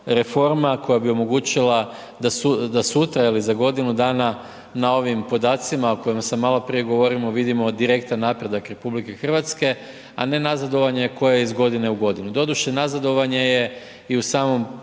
reforma koja bi omogućila da sutra ili za godinu dana na ovim podacima o kojima sam malo prije govorio vidimo direktan napredak RH a ne nazadovanje koje je iz godine u godinu. Doduše nazadovanje je i u samom